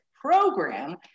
program